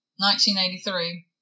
1983